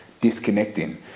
disconnecting